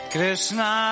Krishna